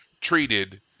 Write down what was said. treated